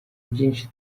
byinshi